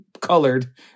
colored